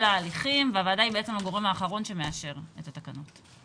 ההליכים והוועדה היא בעצם הגורם האחרון שמאשר את התקנות.